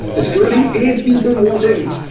it's forty eight people watching